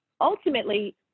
ultimately